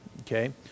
Okay